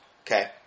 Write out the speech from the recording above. Okay